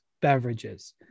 beverages